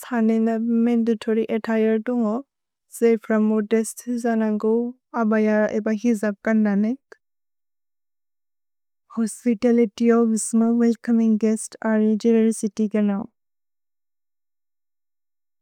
सनेनब् mandatory attired जयु from modest जनन्गु, अबय एब हिजब् कनने, होस्पितलित्य् ओफ् इस्म वेल्चोमिन्ग् गुएस्त् अरे गेनेरोसित्य् कनौ।